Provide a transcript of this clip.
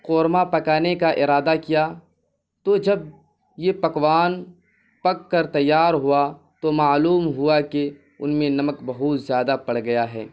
قورمہ پکانے کا ارادہ کیا تو جب یہ پکوان پک کر تیار ہوا تو معلوم ہوا کہ ان میں نمک بہت زیادہ پڑ گیا ہے